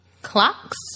clocks